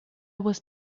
was